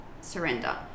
surrender